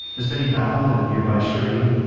the steady babble of a nearby stream,